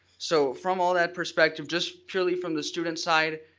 so from all that perspective, just truly from the student side,